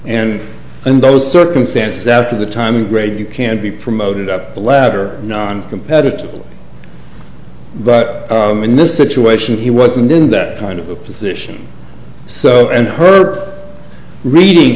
and and those circumstances out of the time great you can be promoted up the ladder noncompetitive but in this situation he wasn't in that kind of a position so and her reading